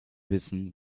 wissen